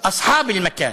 "אס'חאב אל-מכאן".